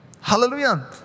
Hallelujah